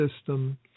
system